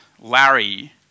Larry